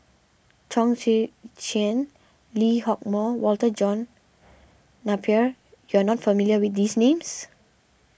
Chong Tze Chien Lee Hock Moh Walter John Napier you are not familiar with these names